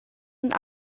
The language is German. und